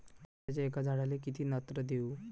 संत्र्याच्या एका झाडाले किती नत्र देऊ?